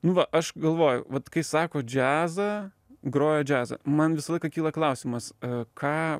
nu va aš galvoju vat kai sako džiazą groja džiazą man visą laiką kyla klausimas ką